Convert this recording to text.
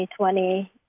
2020